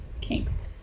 Kinks